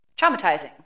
Traumatizing